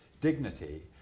dignity